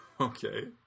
Okay